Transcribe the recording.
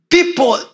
People